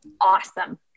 awesome